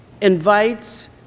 invites